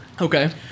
Okay